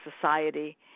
society